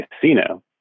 casino